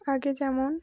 আগে যেমন